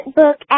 book